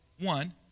One